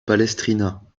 palestrina